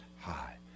High